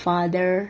Father